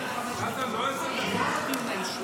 עשר דקות.